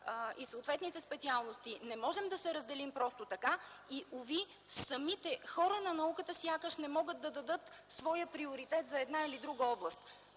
и съответните специалности не можем да се разделим просто така и уви самите хора на науката сякаш не могат да дадат своя приоритет за една или друга област.